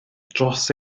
dros